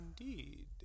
Indeed